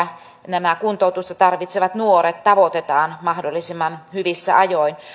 nämä kuntoutusta tarvitsevat nuoret tavoitetaan mahdollisimman hyvissä ajoin